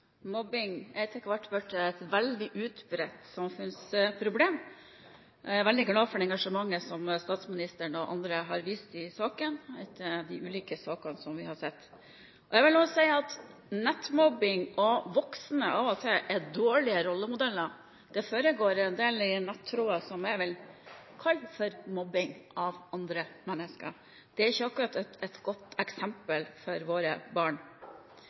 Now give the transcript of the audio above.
hvert blitt et veldig utbredt samfunnsproblem. Jeg er veldig glad for det engasjementet som statsministeren og andre har vist i saken etter de ulike sakene vi har sett. Jeg vil også si at når det gjelder nettmobbing, er voksne av og til dårlige rollemodeller. Det foregår en del blant nettrollene som jeg vil kalle mobbing av andre mennesker. Det er ikke akkurat et godt eksempel for våre barn.